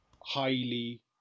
highly